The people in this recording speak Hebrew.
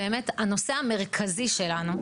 הנושא המרכזי שלנו,